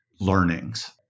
learnings